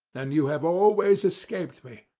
and you have always escaped me.